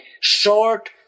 short